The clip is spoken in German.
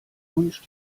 wunsch